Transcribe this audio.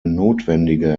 notwendige